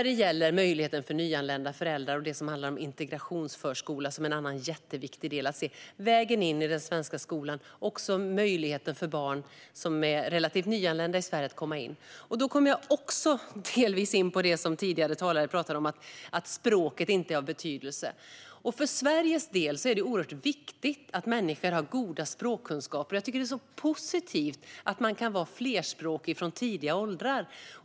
Den gäller möjligheter för nyanlända föräldrar och det som handlar om integrationsförskola, som är en annan jätteviktig del för att se vägen in i den svenska skolan och möjligheten för barn som är relativt nyanlända i Sverige att komma in. Då kommer jag också delvis in på det som tidigare talare har nämnt - att språket inte är av betydelse. För Sveriges del är det oerhört viktigt att människor har goda språkkunskaper. Jag tycker att det är positivt att man kan vara flerspråkig från tidig ålder.